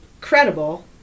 credible